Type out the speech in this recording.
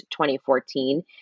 2014